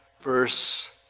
verse